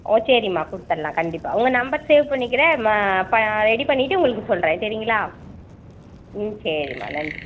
ஓ சரிம்மா கொடுத்துர்லாம் கண்டிப்பாக உங்கள் நம்பர் சேவ் பண்ணிக்கிறேன் ம ப ரெடி பண்ணிவிட்டு உங்களுக்கு சொல்கிறேன் சரிங்களா ம் சரிம்மா நன்றி